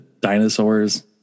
dinosaurs